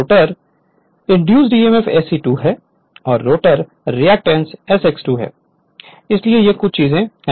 rotor induced emf SE2 है और rotor reactance SX2 है इसलिए ये कुछ चीजें हैं